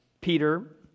Peter